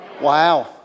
Wow